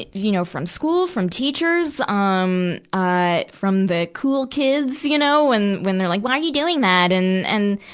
you know, from school from teachers, ah um, from the cool kids, you know. and, when they're like, why are you doing that! and, and,